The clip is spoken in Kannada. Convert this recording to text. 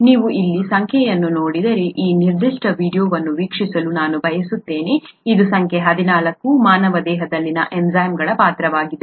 ನೀವು ಇಲ್ಲಿ ಸಂಖ್ಯೆಯನ್ನು ನೋಡಿದರೆ ಈ ನಿರ್ದಿಷ್ಟ ವೀಡಿಯೊವನ್ನು ವೀಕ್ಷಿಸಲು ನಾನು ಬಯಸುತ್ತೇನೆ ಇದು ಸಂಖ್ಯೆ 14 ಮಾನವ ದೇಹದಲ್ಲಿನ ಎನ್ಝೈಮ್ಗಳ ಪಾತ್ರವಾಗಿದೆ